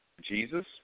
Jesus